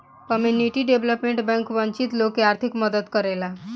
community development bank वंचित लोग के आर्थिक मदद करेला